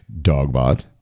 dogbot